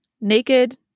naked